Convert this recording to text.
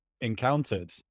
encountered